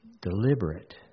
deliberate